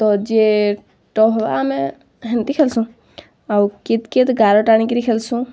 ତଯିଏ ଟହ ଆମେ ହେନ୍ତି ଖେଲସୁଁ ଆଉ କିତକିତ୍ ଗାର ଟାଣିକିରି ଖେଲସୁଁ